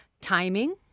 timing